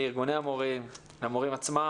לארגוני המורים, למורים עצמם.